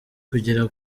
kugera